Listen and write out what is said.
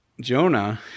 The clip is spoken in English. Jonah